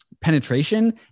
penetration